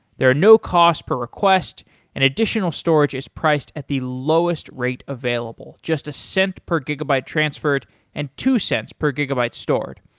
there are no costs per request and additional storage is priced at the lowest rate available. just a cent per gigabyte transferred and two cents per gigabyte stored.